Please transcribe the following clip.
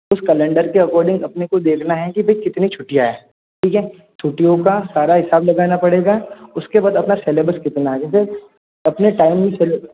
उस कैलेंडर के अकॉर्डिंग अपने को देखना है कि कितनी छुट्टियाँ है ठीक है छुट्टियों का सारा हिसाब लगाना पड़ेगा उसके बाद अपना सिलेबस कितना है जैसे अपना टाइमिंग सिलेब